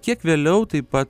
kiek vėliau taip pat